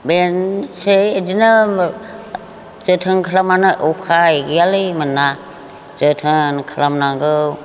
बेनोसै बिदिनो जोथोन खालामाबा उफाय गैयालै मोना जोथोन खालामनांगौ